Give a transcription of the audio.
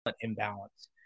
imbalance